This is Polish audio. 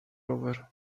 rower